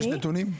יש נתונים?